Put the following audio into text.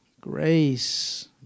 grace